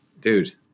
dude